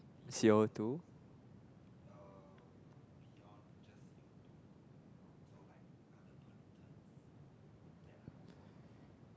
C_O-two